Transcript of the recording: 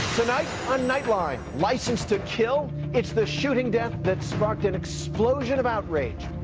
tonight on nightline. license to kill? it's the shooting death that's sparked an explosion of outrage.